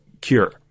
cure